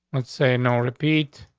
let's say no. repeat,